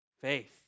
faith